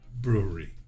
brewery